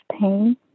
pain